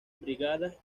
brigadas